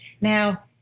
now